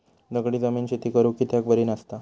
दगडी जमीन शेती करुक कित्याक बरी नसता?